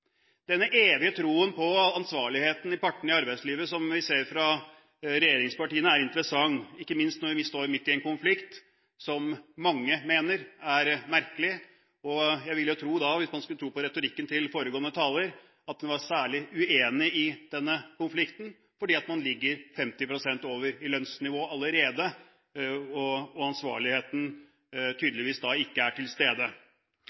Denne evige troen på ansvarligheten hos partene i arbeidslivet som vi ser fra regjeringspartiene, er interessant – ikke minst når vi står midt i en konflikt som mange mener er merkelig. Jeg vil tro, hvis man skal tro på retorikken til foregående taler, at hun er særlig uenig i denne konflikten, fordi man ligger 50 pst. over i lønnsnivå allerede, og fordi ansvarligheten